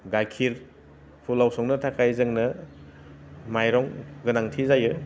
गाइखेर फुलाव संनो थाखाय जोंनो माइरं गोनांथि जायो